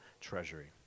treasury